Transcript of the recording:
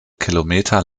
kilometer